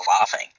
laughing